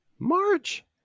March